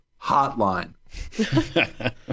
hotline